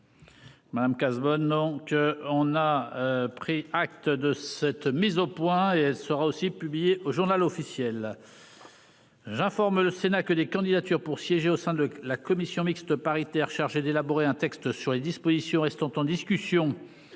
Madame Cazebonne. Donc qu'on a pris acte de cette mise au point et elle sera aussi publié au Journal officiel. J'informe le Sénat que des candidatures pour siéger au sein de la commission mixte paritaire chargée d'élaborer un texte sur les dispositions restantes en discussion.